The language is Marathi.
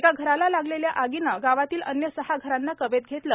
एका घराला लागलेल्या आगीने गावातील अन्य सहा घरांना कवेत घेतले